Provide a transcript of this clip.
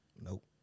Nope